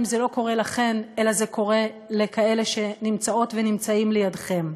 אם זה לא קורה לכן אלא זה קורה לכאלה שנמצאות ונמצאים לידכן.